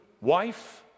wife